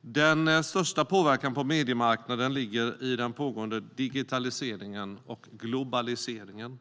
Den största påverkan på mediemarknaden ligger i den pågående digitaliseringen och globaliseringen.